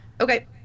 Okay